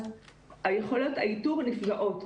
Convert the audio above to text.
אז יכולות האיתור נפגעות.